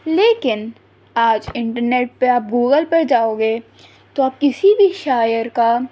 لیکن آج انٹرنیٹ پہ آپ گوگل پر جاؤ گے تو آپ کسی بھی شاعر کا